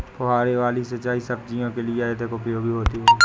फुहारे वाली सिंचाई सब्जियों के लिए अधिक उपयोगी होती है?